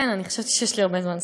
חשבתי שיש לי הרבה זמן.